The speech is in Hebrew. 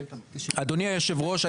אדוני היושב ראש,